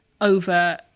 over